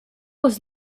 was